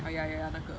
ya ya ya 那个